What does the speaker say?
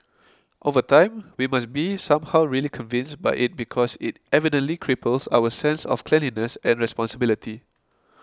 over time we must be somehow really convinced by it because it evidently cripples our sense of cleanliness and responsibility